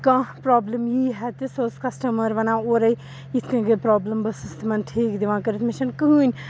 کانٛہہ پرابلم یی ہا تہِ سۄ ٲس کَسٹمَر وَنان اورَے یِتھ کٔنۍ گٔے پرٛابلِم بہٕ ٲسٕس تِمَن ٹھیٖک دِوان کٔرِتھ مےٚ چھَنہٕ کٕہٕنۍ